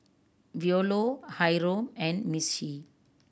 Veola Hyrum and Missie